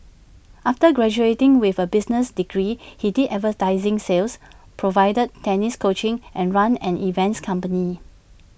after graduating with A business degree he did advertising sales provided tennis coaching and ran an events company